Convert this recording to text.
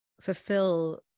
fulfill